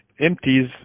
empties